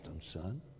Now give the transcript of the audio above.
Son